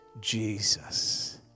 Jesus